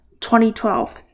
2012